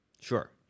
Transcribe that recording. Sure